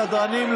סדרנים,